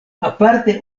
aparte